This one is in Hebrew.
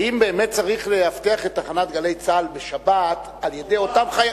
האם באמת צריך לאבטח את תחנת "גלי צה"ל" בשבת על-ידי אותם חיילים,